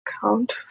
count